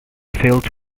filled